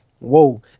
whoa